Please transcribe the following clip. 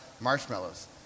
marshmallows